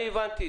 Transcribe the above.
אני הבנתי.